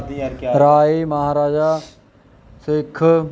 ਰਾਏ ਮਹਾਰਾਜਾ ਸਿੱਖ